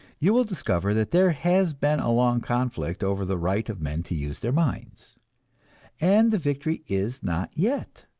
you will discover that there has been a long conflict over the right of men to use their minds and the victory is not yet.